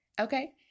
Okay